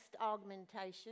augmentation